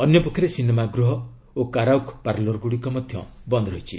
ଅନ୍ୟପକ୍ଷରେ ସିନେମା ଗୃହ ଓ କାରାଓକ୍ ପାର୍ଲୋର ଗୁଡ଼ିକ ମଧ୍ୟ ବନ୍ଦ ରହିଛି